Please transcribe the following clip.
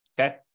Okay